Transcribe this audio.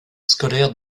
scolaire